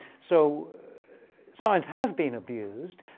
so science has been abused.